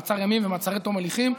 מעצר ימים ומעצר עד תום הליכים.